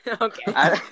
Okay